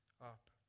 up